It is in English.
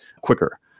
quicker